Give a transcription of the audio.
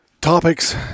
topics